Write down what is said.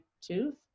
tooth